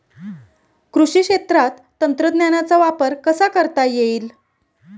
कृषी क्षेत्रात तंत्रज्ञानाचा वापर कसा करता येईल?